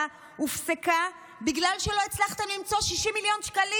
הופסקה בגלל שלא הצלחתם למצוא 60 מיליון שקלים,